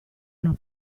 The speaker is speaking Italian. una